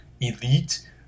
elite